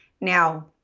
Now